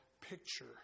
picture